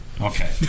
Okay